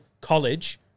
college